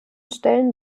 stellen